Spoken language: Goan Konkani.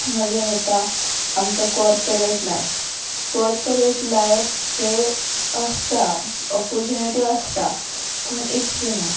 मगेर येता आमचो कॉर्पोरेट लायफ कॉर्पोरेट लायफ हें असता ऑपोचुनिटी असता पूण इतकी ना